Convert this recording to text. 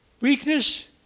Weakness